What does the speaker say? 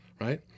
right